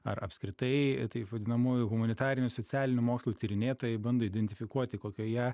ar apskritai taip vadinamųjų humanitarinių socialinių mokslų tyrinėtojai bando identifikuoti kokioje